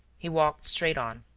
he walked straight on.